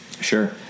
sure